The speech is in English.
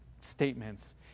statements